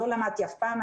לא למדתי אף פעם,